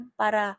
para